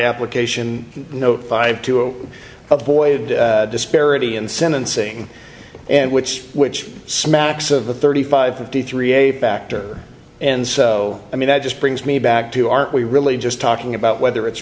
application note five to open up void disparity in sentencing and which which smacks of the thirty five fifty three a factor and so i mean that just brings me back to aren't we really just talking about whether it's